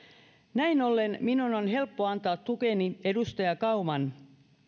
näin ollen minun on helppo antaa tukeni edustaja kauman